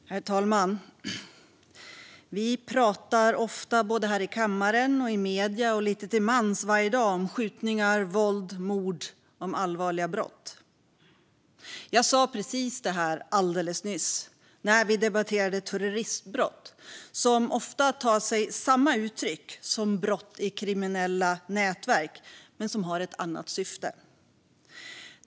Herr talman! Vi pratar ofta både här i kammaren och i medierna och lite till mans varje dag om skjutningar, våld och mord - om allvarliga brott. Jag sa precis detta när vi alldeles nyss debatterade terroristbrott, som ofta tar sig samma uttryck som brott inom kriminella nätverk men som har ett annat syfte.